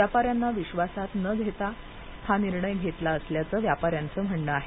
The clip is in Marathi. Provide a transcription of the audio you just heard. व्यापाऱ्यांना विश्वासात न घेता हा निर्णय घेतला असल्याचं व्यापाऱ्यांच म्हणणं आहे